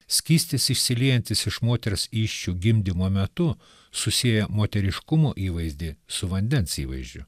skystis išsiliejantis iš moters įsčių gimdymo metu susieja moteriškumo įvaizdį su vandens įvaizdžiu